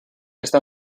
esta